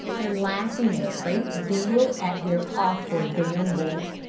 and laughing a great deal at their awkward gambols.